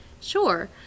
Sure